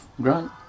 Grant